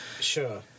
Sure